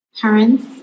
parents